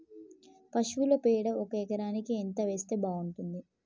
పశువుల పేడ ఒక ఎకరానికి ఎంత వేస్తే బాగుంటది?